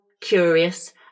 curious